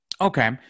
Okay